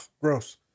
gross